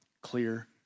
clear